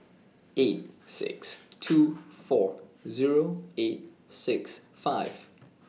eight six two four Zero eight six five